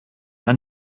ein